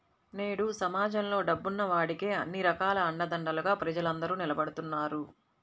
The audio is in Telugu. నేడు సమాజంలో డబ్బున్న వాడికే అన్ని రకాల అండదండలుగా ప్రజలందరూ నిలబడుతున్నారు